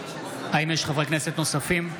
האם יש חברי כנסת נוספים?